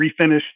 refinished